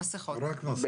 במסכות.